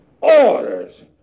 orders